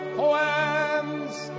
poems